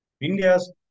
India's